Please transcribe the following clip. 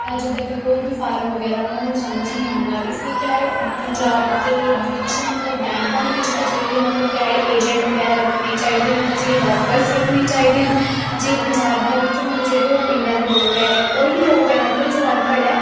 ਜਿੱਦਾਂ ਕਿ ਕੋਈ ਵੀ ਫਾਰਮ ਵਗੈਰਾ ਉਹਨਾਂ ਨੂੰ ਸਮਝ ਨਹੀਂ ਆਉਂਦਾ ਇਸ ਲਈ ਕਿਆ ਏ ਪੰਜਾਬ ਦੇ ਵਿੱਚ ਮਤਲਬ ਬੈਂਕਾਂ ਦੇ ਵਿੱਚ ਅਜਿਹੀ ਮਤਲਬ ਕਿਆ ਏ ਏਜੰਟ ਵਗੈਰਾ ਰੱਖਣੇ ਚਾਹੀਦੇ ਹਨ ਅਜਿਹੇ ਵਰਕਰਜ਼ ਰੱਖਣੇ ਚਾਹੀਦੇ ਹਨ ਜੇ ਪੰਜਾਬ ਦੇ ਵਿੱਚ ਮਤਲਬ ਜਿਹੜੇ ਉਹ ਪਿੰਡਾਂ ਦੇ ਲੋਕ ਹੈ ਕੋਈ ਵੀ ਲੋਕ ਹੈ ਮਤਲਬ ਜੋ ਅਨਪੜ੍ਹ ਹੈ